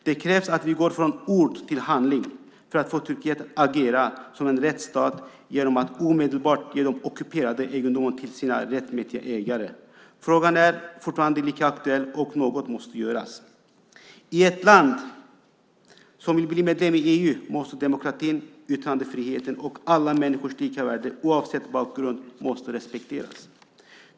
Det krävs att vi går från ord till handling för att få Turkiet att agera som en rättsstat genom att omedelbart ge de ockuperade egendomarna till sina rättmätiga ägare. Frågan är fortfarande lika aktuell, och något måste göras. I ett land som vill bli medlem i EU måste demokratin, yttrandefriheten och alla människors lika värde oavsett bakgrund respekteras.